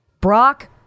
Brock